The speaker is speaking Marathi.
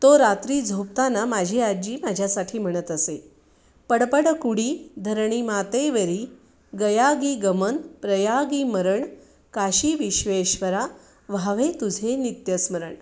तो रात्री झोपताना माझी आजी माझ्यासाठी म्हणत असे पड पड कुडी धरणीमाते वरी गयागी गमन प्रयागी मरण काशी विश्वेश्वरा व्हावे तुझे नित्य स्मरण